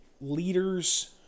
leaders